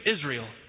Israel